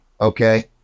okay